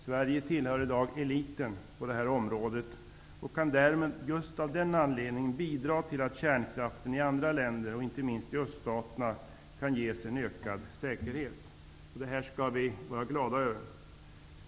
Sverige tillhör i dag eliten på detta område och kan därmed bidra till att kärnkraften i andra länder -- inte minst i öststaterna -- kan ges en ökad säkerhet. Detta skall vi vara glada över.